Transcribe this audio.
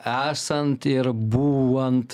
esant ir būvant